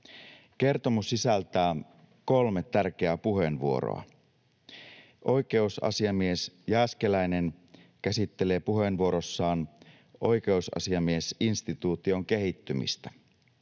Kertomus sisältää kolme tärkeää puheenvuoroa. Oikeusasiamies Jääskeläinen käsittelee puheenvuorossaan oikeusasiamiesinstituution kehittymistä.